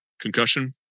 concussion